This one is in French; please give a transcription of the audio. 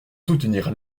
soutenir